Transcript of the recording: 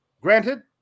Granted